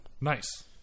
Nice